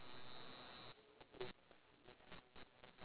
ya it's wait this is this is the water that I brought